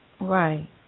right